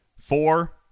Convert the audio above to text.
four